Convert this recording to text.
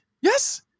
Yes